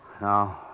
No